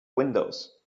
windows